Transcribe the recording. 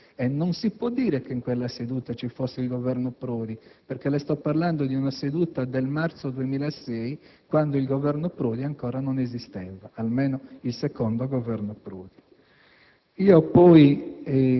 non lo avesse ritenuto tale, e non si può dire che in quella seduta ci fosse il governo Prodi, perché le sto parlando di una seduta del marzo 2006, quando il governo Prodi, almeno il secondo, ancora non